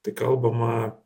tai kalbama